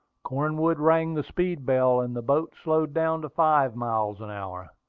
cornwood rang the speed bell, and the boat slowed down to five miles an hour.